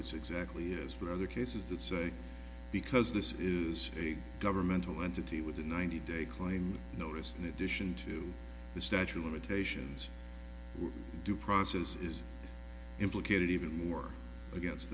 this exactly is but other cases that say because this is a governmental entity with a ninety day claim notice in addition to the statue limitations due process is implicated even more against